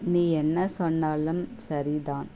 நீ என்ன சொன்னாலும் சரிதான்